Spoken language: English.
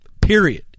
period